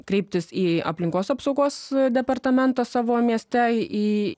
kreiptis į aplinkos apsaugos departamentą savo mieste į